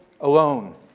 alone